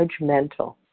judgmental